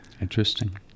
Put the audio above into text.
interesting